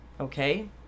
okay